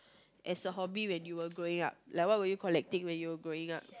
as a hobby when you were growing up like what were you collecting when you were growing up